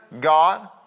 God